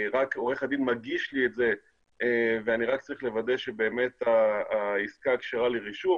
עורך הדין מגיש לי את זה ואני רק צריך לוודא שבאמת העסקה כשרה לרישום,